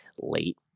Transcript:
late